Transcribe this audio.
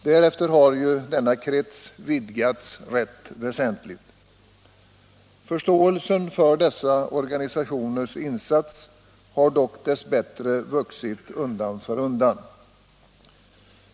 Denna krets har därefter vidgats rätt väsentligt, och förståelsen för dessa organisationers insatser har dess bättre vuxit undan för undan.